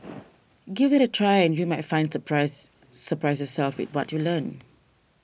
give it a try and you might find surprise surprise yourself with what you learn